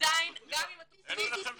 שעדיין גם עם --- אין כאן ויכוח.